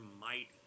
mighty